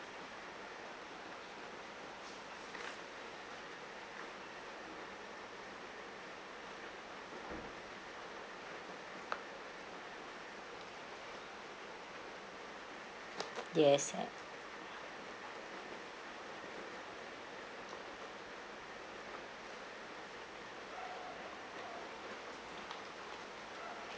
yes